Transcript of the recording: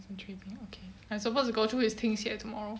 intriguing okay I'm supposed to go through his 听写 tomorrow